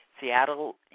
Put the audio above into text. Seattle